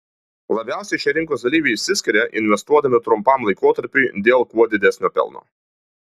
labiausiai šie rinkos dalyviai išsiskiria investuodami trumpam laikotarpiui dėl kuo didesnio pelno